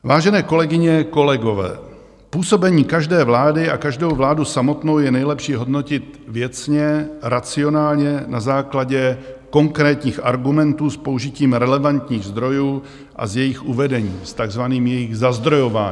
Vážené kolegyně, vážení kolegové, působeni každé vlády a každou vládu samotnou je nejlepší hodnotit věcně, racionálně, na základě konkrétních argumentů s použitím relevantních zdrojů a s jejich uvedením, s takzvaným zazdrojováním.